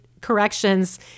corrections